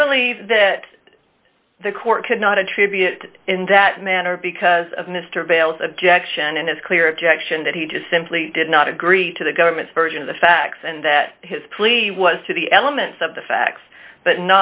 only that the court cannot attribute it in that manner because of mr vail's objection and his clear objection that he just simply did not agree to the government's version of the facts and that his plea was to the elements of the facts but